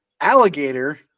alligator